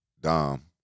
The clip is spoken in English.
Dom